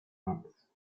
months